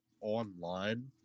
online